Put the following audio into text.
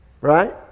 Right